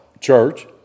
church